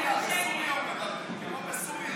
שקר.